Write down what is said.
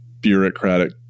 bureaucratic